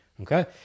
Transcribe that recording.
Okay